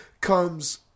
comes